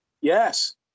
Yes